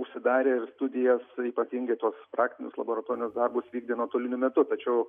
užsidarę ir studijas ypatingai tuos praktinius laboratorinius darbus vykdę nuotoliniu metu tačiau